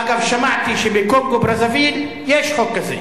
אגב, שמעתי שבקונגו-ברזוויל יש חוק כזה.